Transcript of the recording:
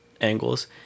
angles